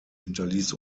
hinterließ